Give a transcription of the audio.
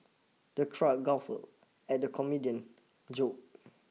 the crowd guffawed at the comedian's joke